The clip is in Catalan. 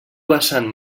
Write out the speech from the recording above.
vessant